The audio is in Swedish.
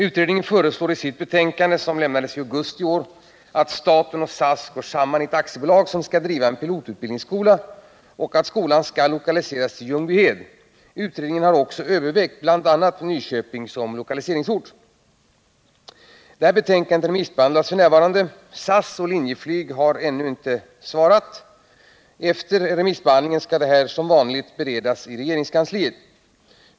Utredningen föreslår i sitt betänkande, som avlämnades i augusti i år, att staten och SAS går samman i ett aktiebolag som skall driva en pilotutbildningsskola och att skolan skall lokaliseras till Ljungbyhed. Utredningen har också övervägt bl.a. Nyköping som lokaliseringsort. Utredningens betänkande remissbehandlas f. n. SAS och Linjeflyg har ännu inte svarat. Efter remissbehandlingen kommer frågan att som vanligt beredas i regeringskansliet.